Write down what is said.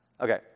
Okay